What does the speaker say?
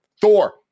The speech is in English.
Thor